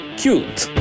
cute